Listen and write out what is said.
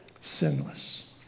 sinless